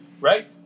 right